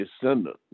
descendant